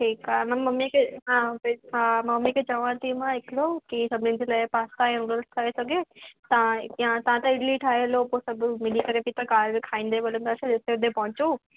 ठीकु आहे मां मम्मी खे हा मम्मी खे चवां थी मां हिकिड़ो कि सभिनी जे लाइ पास्ता या नूडल्स ठाहे सघे या तव्हां या तव्हां त इडली ठाहे हलो पोइ सभु मिली करे त कार में खाईंदी बि हलंदासीं जेतिरे में पहुचूं